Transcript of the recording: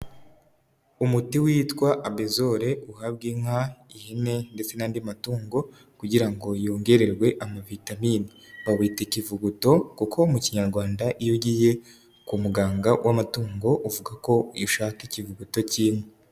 Umuti witwa abezole uhabwa inka, ihene ndetse n'andi matungo kugira ngo yongererwe amavitamini. Bawita ikivuguto kuko mu kinyarwanda iyo ugiye k'Umuganga w'amatungo, uvuga ko ushaka ikivuguto cy'inka.